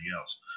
else